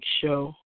show